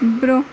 برٛۄنٛہہ